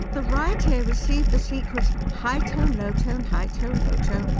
the right ear received the sequence high tone, low tone, high tone, low tone